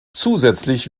zusätzlich